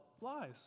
lies